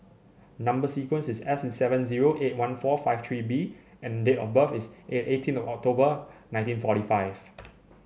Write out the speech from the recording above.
number sequence is S seven zero eight one four five three B and date of birth is eight eighteen of October nineteen forty five